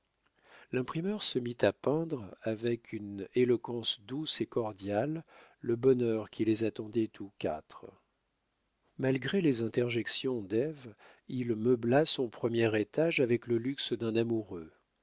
l'imprimeur se mit à peindre avec une éloquence douce et cordiale le bonheur qui les attendait tous quatre malgré les interjections d'ève il meubla son premier étage avec le luxe d'un amoureux